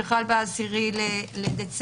חל ב-10 בדצמבר.